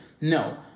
No